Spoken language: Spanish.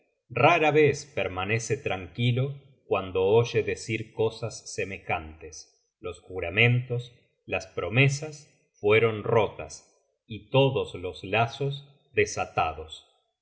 rara vez permanece tranquilo cuando oye decir c osas semejantes los juramentos las promesas fueron rotas y todos los lazos desatados